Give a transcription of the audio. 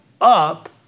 up